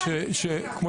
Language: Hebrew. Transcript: כמו